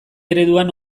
ereduan